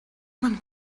man